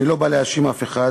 אני לא בא להאשים אף אחד,